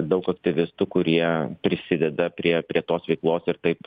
daug aktyvistų kurie prisideda prie prie tos veiklos ir taip